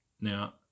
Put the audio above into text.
Now